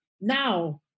now